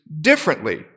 differently